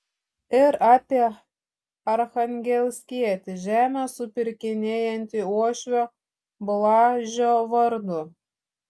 ir apie archangelskietį žemę supirkinėjantį uošvio blažio vardu